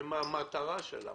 הם המטרה של המערכת,